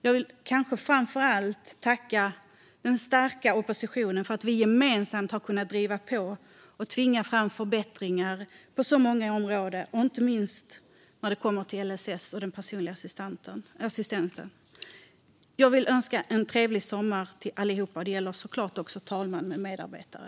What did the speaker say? Jag vill kanske framför allt tacka den starka oppositionen för att vi gemensamt har kunnat driva på och tvinga fram förbättringar på så många områden, inte minst när det kommer till LSS och den personliga assistansen. Jag vill önska en trevlig sommar till allihop, och det gäller såklart också talmannen med medarbetare.